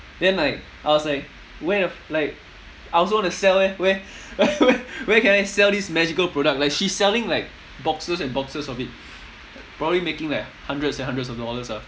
then like I was like where like I also want to sell leh where where where can I sell this magical product like she selling like boxes and boxes of it probably making like hundreds and hundreds of dollar ah